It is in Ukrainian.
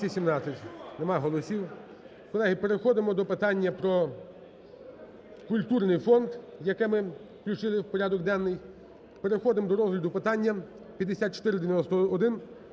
Немає голосів. Колеги, переходимо до питання про культурний фонд, яке ми включили в порядок денний. Переходимо до розгляду питання 5491: